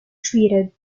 treated